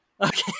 Okay